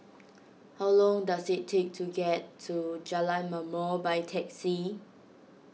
how long does it take to get to Jalan Ma'mor by taxi